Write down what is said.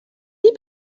این